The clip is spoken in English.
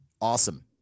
awesome